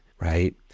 right